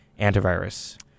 antivirus